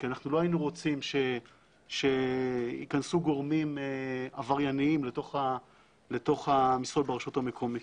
כי לא היינו רוצים שייכנסו גורמים עברייניים לתוך המשרות ברשות המקומית.